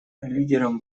лидером